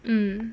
mm